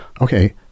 okay